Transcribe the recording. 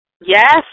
Yes